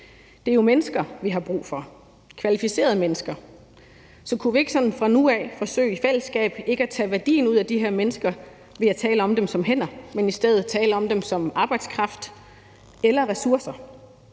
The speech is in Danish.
Det er jo mennesker, vi har brug for, kvalificerede mennesker. Så kunne vi ikke sådan fra nu af forsøge i fællesskab ikke at tage værdien ud af de her mennesker ved at tale om dem som hænder, men i stedet tale om dem som arbejdskraft eller ressourcer.